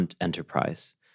enterprise